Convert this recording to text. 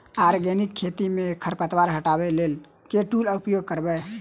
Organic खेती मे खरपतवार हटाबै लेल केँ टूल उपयोग करबै?